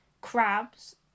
crabs